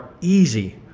easy